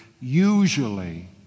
usually